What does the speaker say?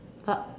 but